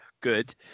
good